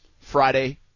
Friday